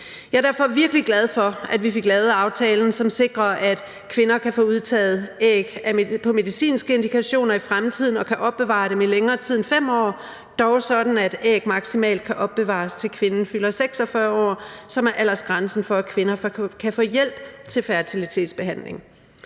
Jeg er derfor virkelig glad for, at vi fik lavet aftalen, som sikrer, at kvinder i fremtiden kan få udtaget æg på medicinske indikationer og kan opbevare dem i længere tid end 5 år, dog sådan, at de maksimalt kan opbevares, til kvinden fylder 46 år, som er aldersgrænsen for, at kvinder kan få hjælp til fertilitetsbehandling.